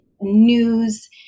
news